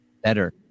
better